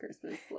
Christmas